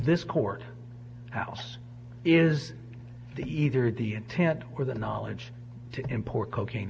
this court house is the either the intent or the knowledge to import cocaine